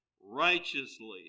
righteously